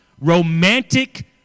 romantic